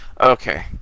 Okay